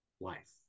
life